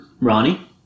Ronnie